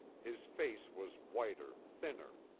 his face was whiter, thinner,